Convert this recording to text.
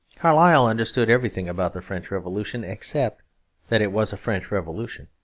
carlyle understood everything about the french revolution, except that it was a french revolution.